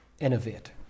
Innovate